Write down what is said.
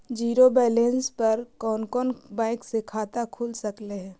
Zero balance पर कोन कोन बैंक में खाता खुल सकले हे?